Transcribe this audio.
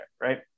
right